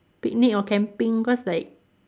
picnic or camping cause like